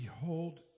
Behold